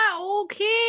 okay